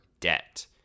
debt